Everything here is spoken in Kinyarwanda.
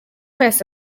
pius